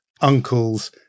uncles